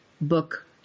book